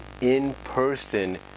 in-person